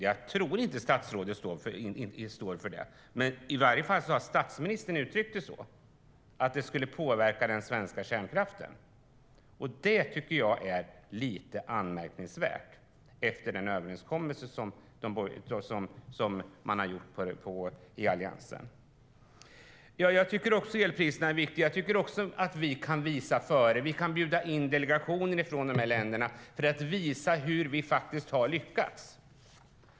Jag tror inte att statsrådet står för det. Men i varje fall har statsministern uttryckt det så; det skulle påverka den svenska kärnkraften. Det tycker jag är lite anmärkningsvärt efter den överenskommelse man ingått i Alliansen. Jag tycker också att elpriserna är viktiga och att vi kan gå före. Vi kan bjuda in delegationer från de här länderna för att visa hur vi har lyckats.